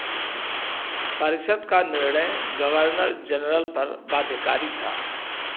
परिषद का निर्णय गवर्नर जनरल पर बाध्यकारी था